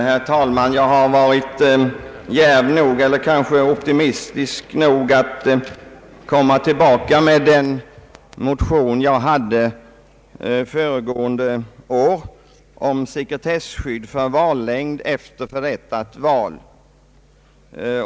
Herr talman! Jag har varit djärv nog — eller kanske optimistisk nog — att komma tillbaka med den motion jag väckte föregående år om sekretesskydd för vallängd efter förrättat val.